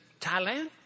Thailand